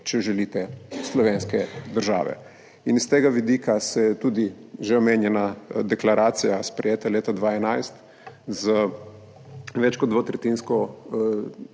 del slovenske države in s tega vidika se je tudi že omenjena deklaracija, sprejeta leta 2011, z več kot dvotretjinsko